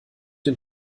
dem